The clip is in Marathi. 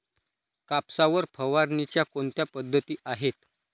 कापसावर फवारणीच्या कोणत्या पद्धती आहेत?